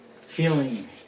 feeling